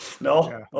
No